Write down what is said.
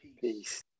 Peace